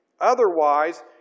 otherwise